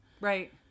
Right